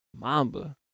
Mamba